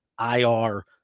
IR